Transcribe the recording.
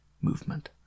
movement